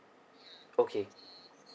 okay